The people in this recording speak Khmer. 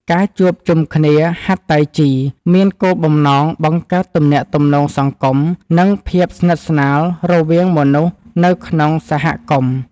ការជួបជុំគ្នាហាត់តៃជីមានគោលបំណងបង្កើតទំនាក់ទំនងសង្គម និងភាពស្និទ្ធស្នាលរវាងមនុស្សនៅក្នុងសហគមន៍។